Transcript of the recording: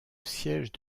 siège